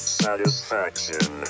satisfaction